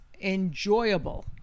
enjoyable